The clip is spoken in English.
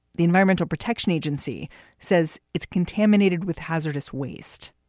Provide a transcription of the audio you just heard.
the environmental protection agency says it's contaminated with hazardous waste.